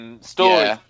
story